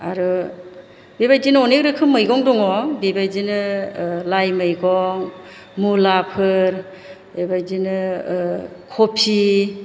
आरो बेबायदिनो अनेक रोखोम मैगं दङ बेबायदिनो लाय मैगं मुलाफोर बेबायदिनो कबि